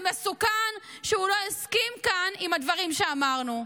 ומסוכן שהוא לא הסכים כאן לדברים שאמרנו.